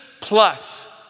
plus